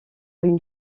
une